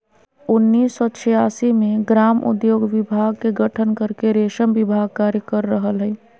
उन्नीस सो छिआसी मे ग्रामोद्योग विभाग के गठन करके रेशम विभाग कार्य कर रहल हई